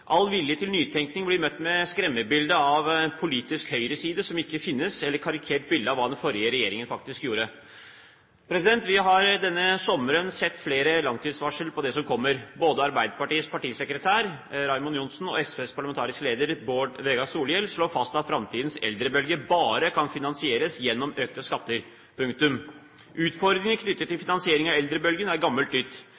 All vilje til nytenkning blir møtt med et skremmebilde av en politisk høyreside som ikke finnes, eller et karikert bilde av hva den forrige regjeringen faktisk gjorde. Vi har denne sommeren sett flere langtidsvarsel på det som kommer. Både Arbeiderpartiets partisekretær, Raymond Johansen, og SVs parlamentariske leder, Bård Vegar Solhjell, slår fast at framtidens eldrebølge bare kan finansieres gjennom økte skatter. Punktum! Utfordringene knyttet til